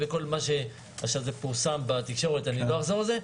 זה פורסם בתקשורת, לא אחזור על זה.